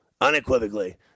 unequivocally